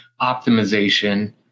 optimization